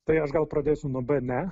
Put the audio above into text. tai aš gal pradėsiu nuo b ne